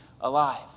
alive